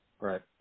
Right